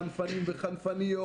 יש לי חנפנים וחנפניות,